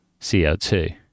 CO2